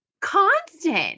constant